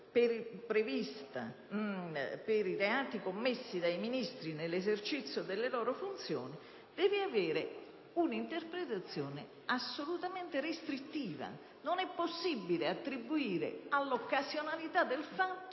prevista per i reati commessi dai Ministri nell'esercizio delle loro funzioni deve avere una interpretazione assolutamente restrittiva. Non è possibile attribuire all'occasionalità del fatto